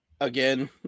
again